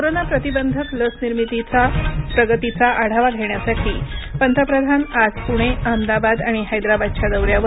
corona प्रतिबंधक लस निर्मितीच्या प्रगतीचा आढावा घेण्यासाठी पंतप्रधान आज पुणे अहमदाबाद आणि हैदराबादच्या दौऱ्यावर